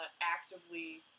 actively